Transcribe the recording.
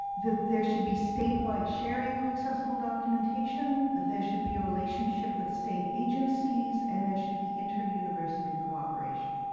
that there should be statewide sharing of accessible documentation. that there should be a relationship with state agencies and there should be interuniversity cooperation.